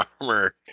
armor